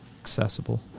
accessible